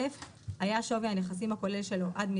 היה היקף נכסי קוטפות הגמל שבניהולה עד עשרה